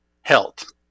health